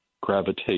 gravitate